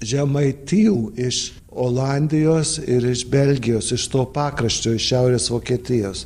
žemaitijų iš olandijos ir iš belgijos iš to pakraščio iš šiaurės vokietijos